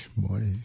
boy